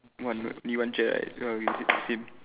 one only one chair right the same